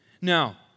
Now